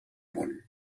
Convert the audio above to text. món